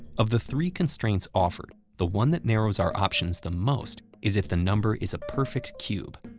of the three constraints offered, the one that narrows our options the most is if the number is a perfect cube.